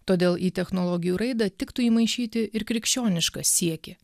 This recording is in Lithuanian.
todėl į technologijų raidą tiktų įmaišyti ir krikščionišką siekį